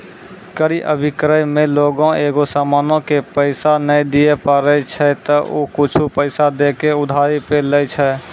क्रय अभिक्रय मे लोगें एगो समानो के पैसा नै दिये पारै छै त उ कुछु पैसा दै के उधारी पे लै छै